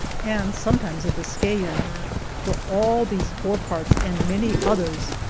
and sometimes a biscayan for all these four parts, and many others.